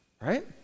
Right